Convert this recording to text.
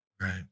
Right